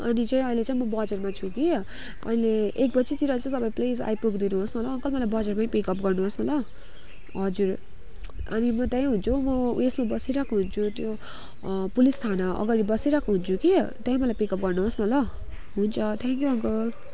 अनि चाहिँ अहिले चाहिँ म बजारमा छु कि अहिले एक बजीतिर चाहिँ तपाईँ प्लिज आइपुगिदिनुहोस् न ल अङ्कल मलाई बजारमै पिकअप गर्नुहोस् न ल हजुर अनि म त्यहीँ हुन्छु म उयोसमा बसिरहेको हुन्छु त्यो पुलिस थाना अगाडि बसिरहेको हुन्छु कि त्यहीँ मलाई पिकअप गर्नुहोस् न ल हुन्छ थ्याङ्क यू अङ्कल